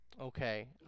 okay